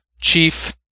Chief